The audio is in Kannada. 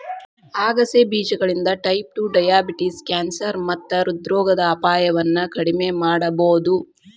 ಆಗಸೆ ಬೇಜಗಳಿಂದ ಟೈಪ್ ಟು ಡಯಾಬಿಟಿಸ್, ಕ್ಯಾನ್ಸರ್ ಮತ್ತ ಹೃದ್ರೋಗದ ಅಪಾಯವನ್ನ ಕಡಿಮಿ ಮಾಡಬೋದು